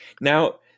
now